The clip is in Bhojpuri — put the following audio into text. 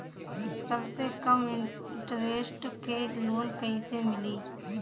सबसे कम इन्टरेस्ट के लोन कइसे मिली?